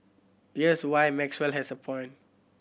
there's why Maxwell has a point